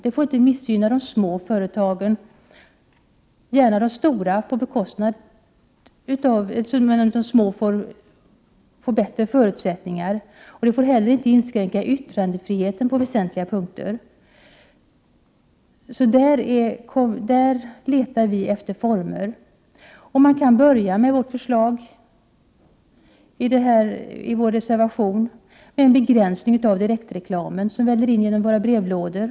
Man får inte missgynna de små företagen — gärna de stora, så att de små får bättre förutsättningar. Man får inte heller inskränka yttrandefriheten på väsentliga punkter. Där letar vi alltså efter former. Man kan börja med förslaget i vår reservation som gäller en begränsning av den direktreklam som väller in i våra brevlådor.